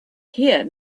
here